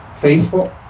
faithful